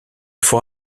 faut